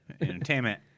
Entertainment